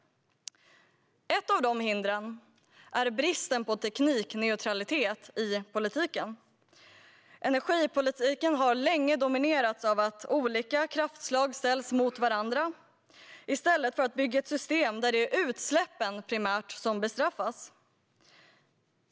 Ett av de hindren är bristen på teknikneutralitet i politiken. Energipolitiken har länge dominerats av att man ställt olika kraftslag mot varandra i stället för att bygga ett system där det primärt är utsläppen som bestraffas.